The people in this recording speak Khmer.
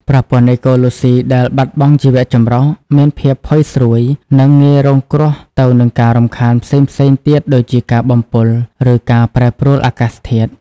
ប្រព័ន្ធអេកូឡូស៊ីដែលបាត់បង់ជីវៈចម្រុះ មានភាពផុយស្រួយ និងងាយរងគ្រោះទៅនឹងការរំខានផ្សេងៗទៀតដូចជាការបំពុល ឬការប្រែប្រួលអាកាសធាតុ។